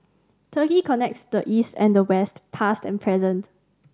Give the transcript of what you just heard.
Turkey connects the East and the West past and present